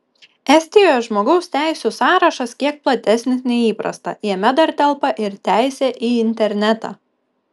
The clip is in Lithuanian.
estijoje žmogaus teisių sąrašas kiek platesnis nei įprasta jame dar telpa ir teisė į internetą